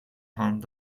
hand